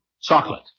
Chocolate